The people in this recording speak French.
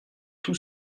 tout